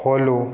follow